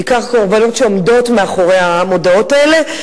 בעיקר קורבנות שעומדות מאחורי המודעות האלה.